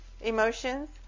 emotions